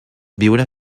viure